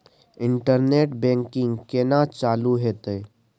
Internet banking केना चालू हेते?